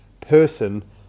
person